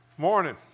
Morning